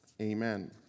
Amen